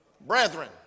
Brethren